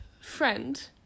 friend